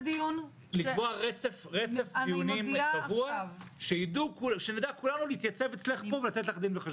לקבוע רצף דיונים קבוע שנדע כולנו להתייצב אצלך פה ולתת לך דין וחשבון.